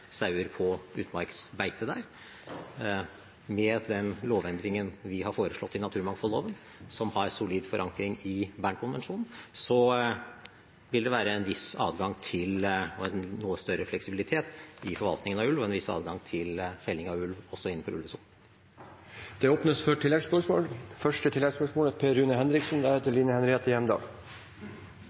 sauer på utmarksbeite der. Med den lovendringen vi har foreslått i naturmangfoldloven, som har solid forankring i Bern-konvensjonen, vil det være en viss adgang til noe større fleksibilitet i forvaltningen av ulv og en viss adgang til felling av ulv også innenfor ulvesonen. Det blir oppfølgingsspørsmål – først Per Rune Henriksen.